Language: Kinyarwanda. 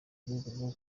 rwego